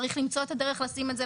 צריך למצוא את הדרך לשים את זה,